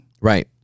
Right